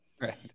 Right